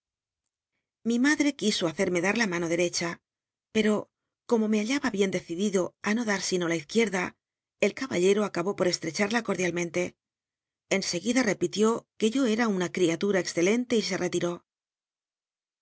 mi ma h'c quiso hacerme dar la mano derecha pero como me hallaba bien clecicliclo no dar sino la iz ruiercla el ca ballei'o acabó pot estrechada coi'dialrnente en seguida repi tió jue yo era una iatura excelente y se retiró